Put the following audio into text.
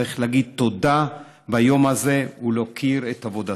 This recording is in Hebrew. צריך להגיד תודה ביום הזה ולהוקיר את עבודתם.